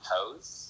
Pose